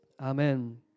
Amen